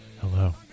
Hello